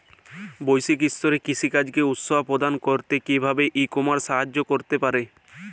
বৈষয়িক স্তরে কৃষিকাজকে উৎসাহ প্রদান করতে কিভাবে ই কমার্স সাহায্য করতে পারে?